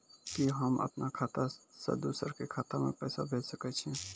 कि होम अपन खाता सं दूसर के खाता मे पैसा भेज सकै छी?